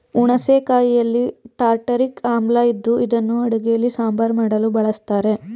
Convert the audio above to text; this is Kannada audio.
ಹುಣಸೆ ಕಾಯಿಯಲ್ಲಿ ಟಾರ್ಟಾರಿಕ್ ಆಮ್ಲ ಇದ್ದು ಇದನ್ನು ಅಡುಗೆಯಲ್ಲಿ ಸಾಂಬಾರ್ ಮಾಡಲು ಬಳಸ್ತರೆ